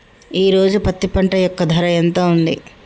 ఈ రోజు పత్తి పంట యొక్క ధర ఎంత ఉంది?